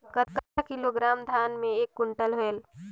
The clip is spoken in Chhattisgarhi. कतना किलोग्राम धान मे एक कुंटल होयल?